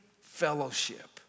fellowship